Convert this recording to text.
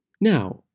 Now